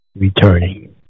returning